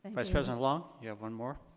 and vice president long, you have one more?